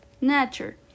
nature